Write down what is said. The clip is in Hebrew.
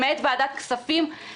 למעט ועדת כספים.